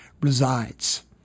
resides